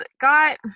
got